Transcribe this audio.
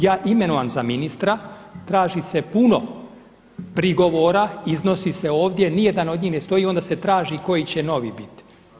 Ja imenovan za ministra, traži se puno prigovora, iznosi se ovdje, ni jedan od njih ne stoji, onda se traži koji će novi biti.